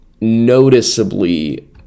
noticeably